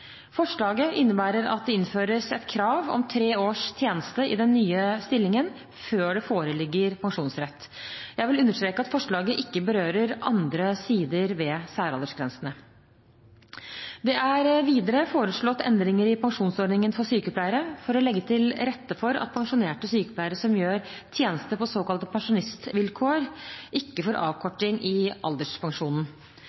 Forslaget innebærer at det innføres et krav om tre års tjeneste i den nye stillingen, før det foreligger pensjonsrett. Jeg vil understreke at forslaget ikke berører andre sider ved særaldersgrensene. Det er videre foreslått endringer i pensjonsordningen for sykepleiere for å legge til rette for at pensjonerte sykepleiere som gjør tjeneste på såkalte pensjonistvilkår, ikke får